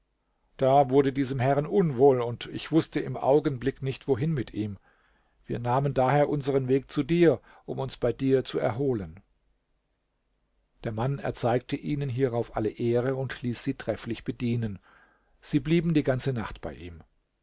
da wurde diesem herren unwohl und ich wußte im augenblick nicht wohin mit ihm wir nahmen daher unsern weg zu dir um uns bei dir zu erholen der mann erzeigte ihnen hierauf alle ehre und ließ sie trefflich bedienen sie blieben die ganze nacht bei ihm